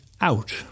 out